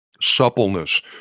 suppleness